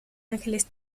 angeles